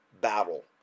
battle